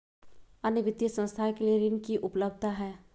अन्य वित्तीय संस्थाएं के लिए ऋण की उपलब्धता है?